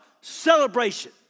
celebration